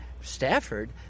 Stafford